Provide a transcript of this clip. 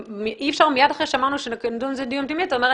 אי אפשר מיד אחרי שנקים על זה דיון פנימי אתה אומר,